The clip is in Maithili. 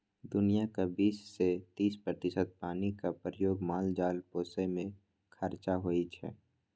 दुनियाँक बीस सँ तीस प्रतिशत पानिक प्रयोग माल जाल पोसय मे खरचा होइ छै